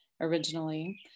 originally